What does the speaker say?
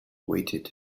waited